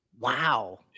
Wow